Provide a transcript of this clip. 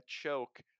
choke